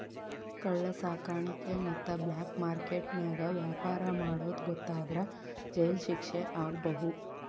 ಕಳ್ಳ ಸಾಕಾಣಿಕೆ ಮತ್ತ ಬ್ಲಾಕ್ ಮಾರ್ಕೆಟ್ ನ್ಯಾಗ ವ್ಯಾಪಾರ ಮಾಡೋದ್ ಗೊತ್ತಾದ್ರ ಜೈಲ್ ಶಿಕ್ಷೆ ಆಗ್ಬಹು